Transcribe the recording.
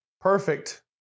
Perfect